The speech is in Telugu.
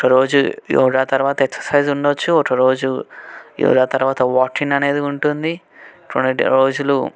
ఒకరోజు యోగా తరువాత ఎక్ససైజ్ ఉండవచ్చు ఒకరోజు యోగా తరువాత వాకింగ్ అనేది ఉంటుంది కొన్ని రోజులు